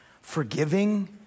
forgiving